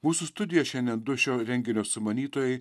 mūsų studijoj šiandien du šio renginio sumanytojai